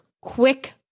Quick